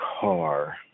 car